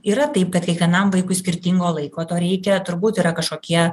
yra taip kad kiekvienam vaikui skirtingo laiko to reikia turbūt yra kažkokie